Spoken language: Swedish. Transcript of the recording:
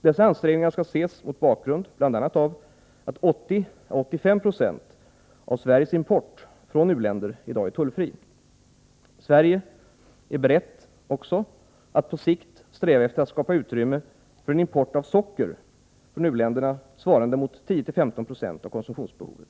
Dessa ansträngningar skall ses mot bakgrund bl.a. av att 80 å 85 26 av Sveriges import från u-länder i dag är tullfri. Sverige är berett att på sikt Om åtgärder mot sträva efter att skapa utrymme för en import av socker från u-länderna handelshinder svarande mot 10-15 26 av konsumtionsbehovet.